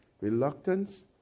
reluctance